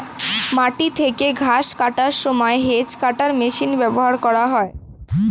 মাটি থেকে ঘাস কাটার সময় হেজ্ কাটার মেশিন ব্যবহার করা হয়